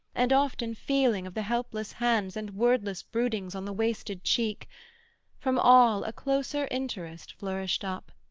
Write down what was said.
and often feeling of the helpless hands, and wordless broodings on the wasted cheek from all a closer interest flourished up,